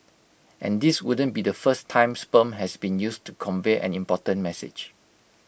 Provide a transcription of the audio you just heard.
and this wouldn't be the first time sperm has been used to convey an important message